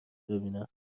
ببینم